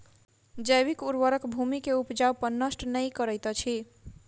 जैविक उर्वरक भूमि के उपजाऊपन नष्ट नै करैत अछि